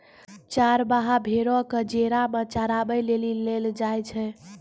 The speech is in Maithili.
चरबाहा भेड़ो क जेरा मे चराबै लेली लै जाय छै